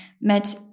met